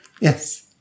yes